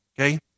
Okay